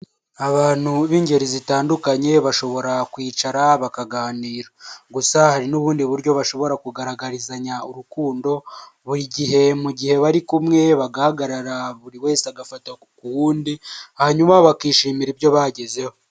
Abantu b'ingeri zitandukanye bashobora kwicara bakaganira, gusa hari n'ubundi buryo bashobora kugaragarizanya urukundo buri gihe mu gihe bari kumwe bagahagarara buri wese agafata ku wundi hanyuma bakishimira ibyo bagezeho.